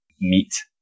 meat